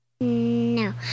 No